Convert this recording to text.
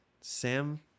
Sam